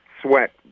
Sweat